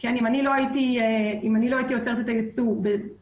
כי אם אני לא הייתי אוסרת את היצוא בדרך